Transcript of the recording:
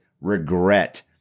regret